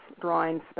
drawing